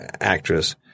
actress